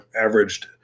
averaged